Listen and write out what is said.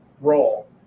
role